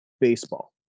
baseball